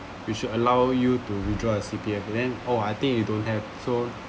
you should allow you to withdraw your C_P_F then oh I think you don't have so